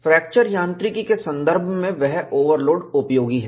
fracture यांत्रिकी के संदर्भ में वह ओवरलोड उपयोगी है